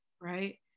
right